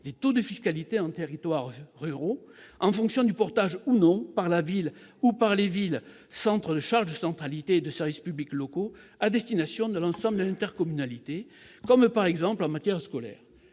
des taux de fiscalité dans les territoires ruraux, en fonction du portage ou non par la ou les villes assumant des charges de centralité et de services publics locaux à destination de l'ensemble de l'intercommunalité, par exemple en matière scolaire.